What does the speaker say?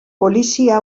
polizia